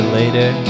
later